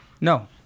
No